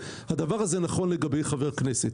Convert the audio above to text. הדבר הזה נכון לגבי חבר כנסת.